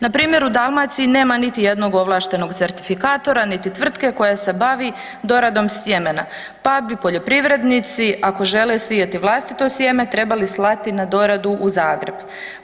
Npr. u Dalmaciji nema niti jednog ovlaštenog certifikatora, niti tvrtke koja se bavi doradom sjemena, pa bi poljoprivrednici ako žele sijati vlastito sjeme trebali slati na doradu u Zagreb.